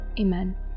Amen